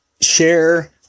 share